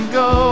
go